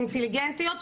אינטליגנטיות,